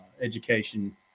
education